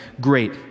great